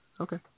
Okay